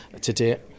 today